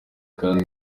kandi